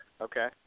Okay